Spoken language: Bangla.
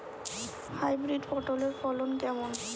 হাইব্রিড পটলের ফলন কেমন?